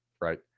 Right